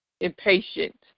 impatient